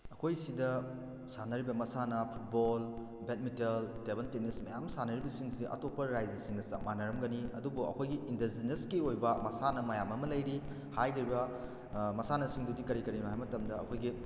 ꯑꯩꯈꯣꯏꯁꯤꯗ ꯁꯥꯟꯅꯔꯤꯕ ꯃꯁꯥꯟꯅ ꯐꯨꯠꯕꯣꯜ ꯕꯦꯗꯃꯤꯇꯦꯜ ꯇꯦꯕꯜ ꯇꯦꯅꯤꯁ ꯃꯌꯥꯝ ꯑꯝ ꯁꯥꯟꯅꯔꯤꯕꯁꯤꯡꯁꯤꯗꯤ ꯑꯇꯣꯞꯄ ꯔꯥꯖ꯭ꯌꯁꯤꯡꯒ ꯆꯞ ꯃꯥꯟꯅꯔꯝꯒꯅꯤ ꯑꯗꯨꯕꯨ ꯑꯩꯈꯣꯏꯒꯤ ꯏꯟꯗꯤꯖꯤꯅꯁꯀꯤ ꯑꯣꯏꯕ ꯃꯁꯥꯟꯅ ꯃꯌꯥꯝ ꯑꯃ ꯂꯩꯔꯤ ꯍꯥꯏꯒ꯭ꯔꯤꯕ ꯃꯁꯥꯟꯅꯁꯤꯡ ꯑꯗꯨꯗꯤ ꯀꯔꯤ ꯀꯔꯤꯅꯣ ꯍꯥꯏꯕ ꯃꯇꯝꯗ ꯑꯩꯈꯣꯏꯒꯤ